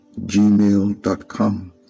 gmail.com